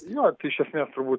jo tai iš esmės turbūt